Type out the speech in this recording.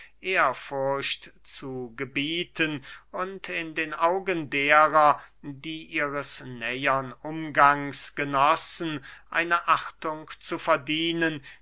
ehrfurcht zu gebieten und in den augen derer die ihres nähern umgangs genossen eine achtung zu verdienen